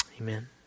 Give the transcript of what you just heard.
Amen